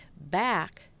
back